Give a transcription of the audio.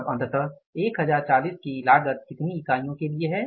तब अंततः 1040 की लागत कितनी इकाइयों के लिए है